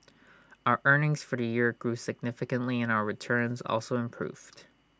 our earnings for the year grew significantly and our returns also improved